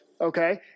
okay